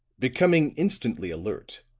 becoming instantly alert,